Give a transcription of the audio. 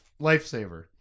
Lifesaver